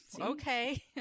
okay